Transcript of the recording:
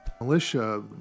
militia